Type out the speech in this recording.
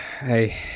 Hey